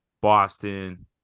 Boston